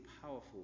powerful